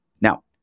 Now